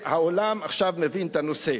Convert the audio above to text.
והעולם עכשיו מבין את הנושא.